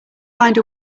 find